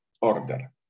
order